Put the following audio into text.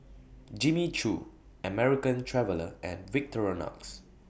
Jimmy Choo American Traveller and Victorinox